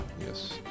Yes